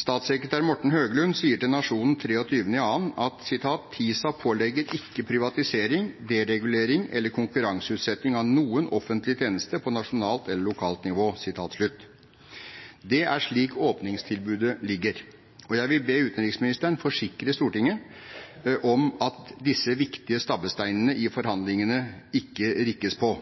Statssekretær Morten Høglund sier til Nationen 23. februar: «TISA pålegg ikkje privatisering, deregulering eller konkurranseutsetting av nokon offentleg teneste på nasjonalt eller lokalt nivå.» Det er slik åpningstilbudet foreligger. Jeg vil be utenriksministeren om å forsikre Stortinget om at disse viktige stabbesteinene i forhandlingene ikke rikkes på,